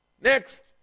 Next